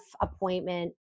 appointment